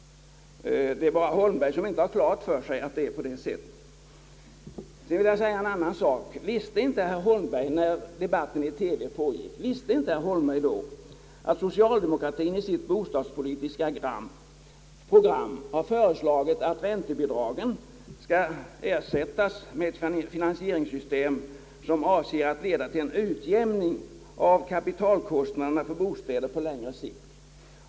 Det är bara herr Holmberg som inte har klart för sig att det är på det sättet. Visste inte herr Holmberg då debatten i TV pågick att socialdemokratien i sitt bostadspolitiska program föreslagit att räntebidraget skall ersättas med ett finansieringssystem avsett att leda till en utjämning av kapitalkostnaderna för bostäder på längre sikt?